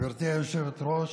גברתי היושבת-ראש,